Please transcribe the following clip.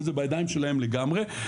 וזה בידיים שלהם לגמרי,